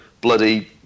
Bloody